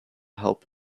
help